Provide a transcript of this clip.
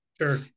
Sure